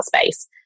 space